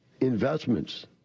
investments